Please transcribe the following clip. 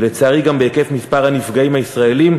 ולצערי גם בהיקף מספר הנפגעים הישראלים: